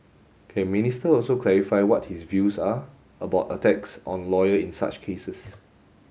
can Minister also clarify what his views are about attacks on lawyer in such cases